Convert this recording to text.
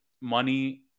money